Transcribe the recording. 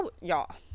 Y'all